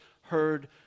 heard